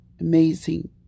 amazing